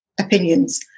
opinions